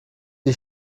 die